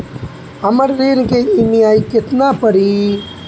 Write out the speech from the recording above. हमर ऋण के ई.एम.आई केतना पड़ी?